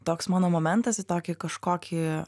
toks mano momentas į tokį kažkokį